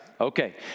okay